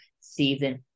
season